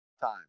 time